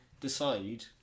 decide